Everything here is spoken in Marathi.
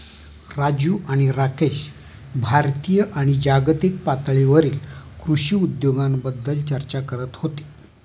राजू आणि राकेश भारतीय आणि जागतिक पातळीवरील कृषी उद्योगाबद्दल चर्चा करत होते